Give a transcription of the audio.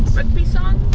rugby songs